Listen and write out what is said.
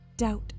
Doubt